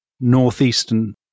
northeastern